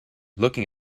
looking